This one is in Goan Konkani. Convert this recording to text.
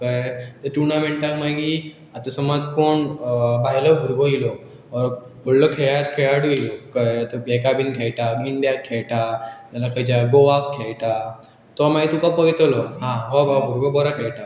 कळ्ळें ते टुर्नामेंटाक मागीर आतां समज कोण भायलो भुरगो येयलो व्हडलो खेळर खेळाटू येयलो कळ्ळे बिका बीन खेळटा इंडियाक खेळटा जाल्यार खंयच्या गोवाक खेळटा तो मागीर तुका पयतलो हा हो बाबा भुरगो बरो खेळटा